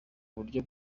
buryo